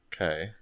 Okay